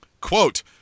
Quote